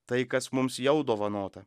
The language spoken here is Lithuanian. tai kas mums jau dovanota